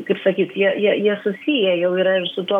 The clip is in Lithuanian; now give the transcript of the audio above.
kaip sakyt jie jie jie susiję jau yra ir su tuo